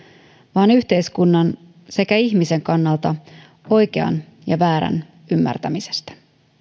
vaan yhteiskunnan sekä ihmisen kannalta oikean ja väärän ymmärtämisestä